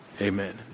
Amen